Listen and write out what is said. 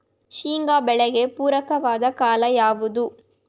ಶೇಂಗಾ ಬೆಳೆಗೆ ಪೂರಕವಾದ ಕಾಲ ಯಾವುದು?